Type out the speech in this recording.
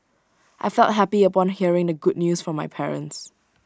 I felt happy upon hearing the good news from my parents